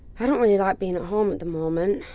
i don't really like being home at the moment.